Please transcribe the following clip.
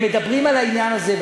הם מדברים על העניין הזה,